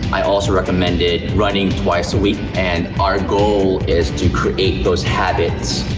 i also recommended running twice a week and our goal is to create those habits.